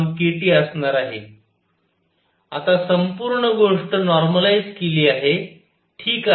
आता आपण संपूर्ण गोष्ट नॉर्मलाईझ केली आहे ठीक आहे